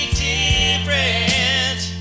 different